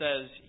says